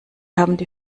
haben